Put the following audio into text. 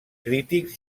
crítics